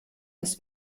das